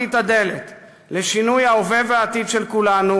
את הדלת לשינוי ההווה והעתיד של כולנו,